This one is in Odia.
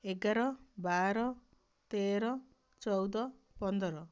ଏଗାର ବାର ତେର ଚଉଦ ପନ୍ଦର